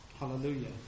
Hallelujah